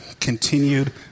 continued